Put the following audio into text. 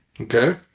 Okay